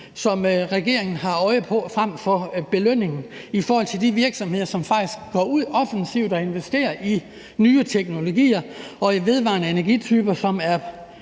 som regeringen har øje for, frem for belønningen til de virksomheder, som faktisk går ud offensivt og investerer i nye teknologier og i vedvarende energityper, som er